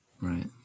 Right